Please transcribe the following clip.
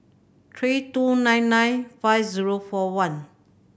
three two nine nine five zero four one